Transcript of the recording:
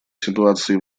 ситуации